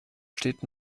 steht